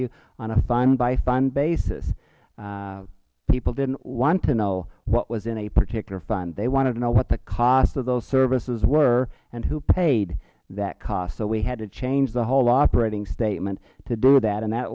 fund basis people didnt want to know what was in a particular fund they wanted to know what the cost of those services were and who paid that cost so we had to change the whole operating statement to do that and that